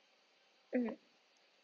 mm